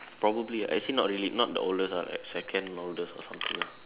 probably ah actually not really not the oldest ah like second oldest or something ah